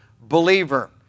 believer